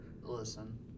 listen